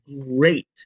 great